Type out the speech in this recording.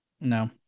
No